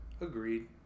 Agreed